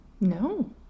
no